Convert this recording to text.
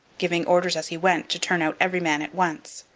giving orders as he went to turn out every man at once.